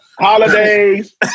Holidays